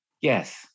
yes